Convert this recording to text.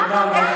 תודה רבה.